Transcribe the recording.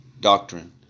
doctrine